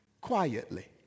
quietly